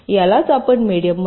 यालाच आपण मेडीयम म्हणतो